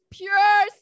pure